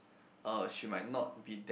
uh she might not be that